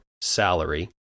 salary